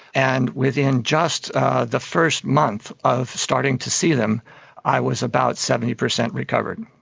and within just the first month of starting to see them i was about seventy percent recovered.